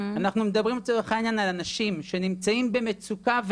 אנחנו מדברים לצורך העניין על אנשים שנמצאים במצוקה,